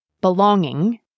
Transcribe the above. Belonging